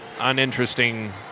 uninteresting